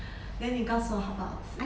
then 你告诉我好不好次